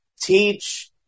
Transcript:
teach